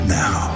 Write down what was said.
now